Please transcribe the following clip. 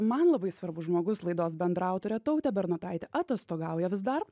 man labai svarbus žmogus laidos bendraautorė tautė bernotaitė atostogauja vis dar